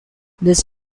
this